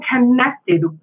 connected